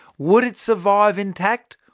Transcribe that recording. would it survive intact,